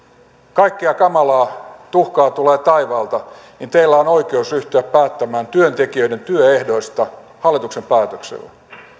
kaikkea kamalaa tuhkaa tulee taivaalta niin teillä on oikeus ryhtyä päättämään työntekijöiden työehdoista hallituksen päätöksellä